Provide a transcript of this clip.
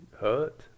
hurt